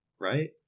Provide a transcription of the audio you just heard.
right